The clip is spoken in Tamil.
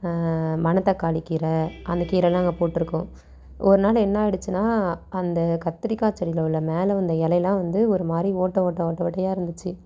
மணத்தக்காளிக்கீரை அந்த கீரைலாம் நாங்கள் போட்டிருக்கோம் ஒரு நாள் என்ன ஆயிடுச்சினால் அந்த கத்திரிக்காய் செடியில உள்ள மேலே வந்த இலையிலாம் வந்து ஒருமாதிரி ஓட்டை ஓட்டை ஓட்டை ஓட்டையாக இருந்துச்ச்